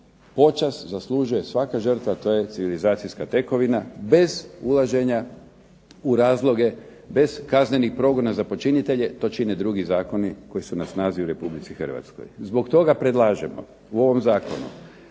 Počast zaslužuje svaka žrtva to je civilizacijska tekovina, bez ulaženja u razloge, bez kaznenih progona za počinitelje, to čine drugi zakoni koji su na snazi u Republici Hrvatskoj. Zbog toga predlažemo u ovom zakonu